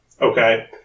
Okay